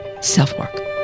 self-work